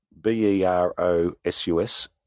B-E-R-O-S-U-S